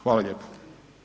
Hvala lijepo.